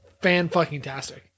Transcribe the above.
fan-fucking-tastic